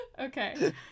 Okay